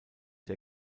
der